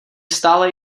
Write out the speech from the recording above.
stále